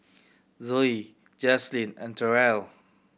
Zoe Jaslene and Terell